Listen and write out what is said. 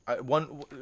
one